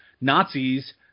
Nazis